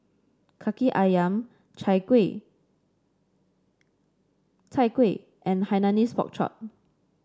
Kaki ayam Chai Kuih Chai Kuih and Hainanese Pork Chop